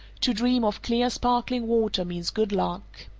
to dream of clear, sparkling water means good luck.